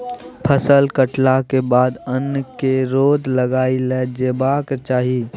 फसल कटलाक बाद अन्न केँ रौद लगाएल जेबाक चाही